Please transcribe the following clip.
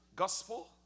Gospel